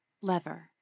Lever